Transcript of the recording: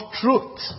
truth